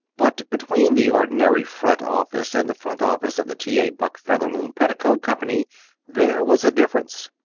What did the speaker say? but between the ordinary front office and the front office of the t. a. buck featherloom petticoat company there was a difference.